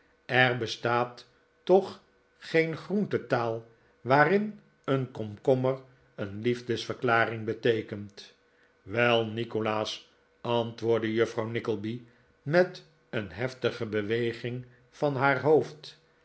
er bestaat toch geen groentetaal waarin een komkommer een liefdesverklaring beteekent wel nikolaas antwoordde juffrouw nickleby met een heftige beweging van haar hoofd